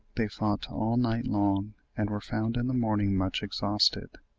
they fought all night long, and were found in the morning much exhausted,